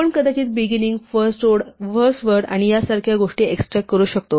आपण कदाचित beginning first word आणि यासारख्या गोष्टी एक्सट्रॅक्ट करू शकतो